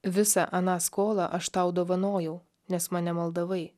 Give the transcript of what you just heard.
visą aną skolą aš tau dovanojau nes mane maldavai